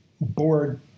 board